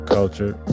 Culture